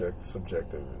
subjective